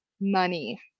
money